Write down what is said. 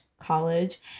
college